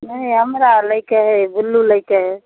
नहि हमरा लै के हय बुल्लू लै के हय